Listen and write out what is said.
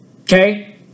Okay